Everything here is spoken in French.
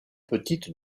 petite